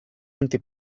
anti